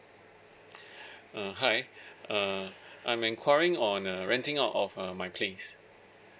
uh hi uh I'm enquiring on uh renting out of uh my things